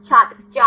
छात्र 4